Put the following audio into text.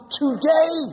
today